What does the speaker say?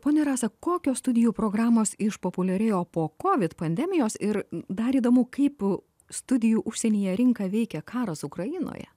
ponia rasa kokios studijų programos išpopuliarėjo po covid pandemijos ir dar įdomu kaip studijų užsienyje rinką veikia karas ukrainoje